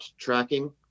tracking